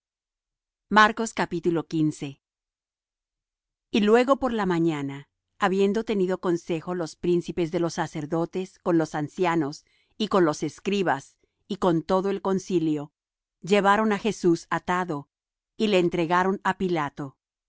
esto lloraba y luego por la mañana habiendo tenido consejo los príncipes de los sacerdotes con los ancianos y con los escribas y con todo el concilio llevaron á jesús atado y le entregaron á pilato